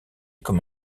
comme